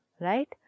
right